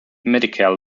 medicare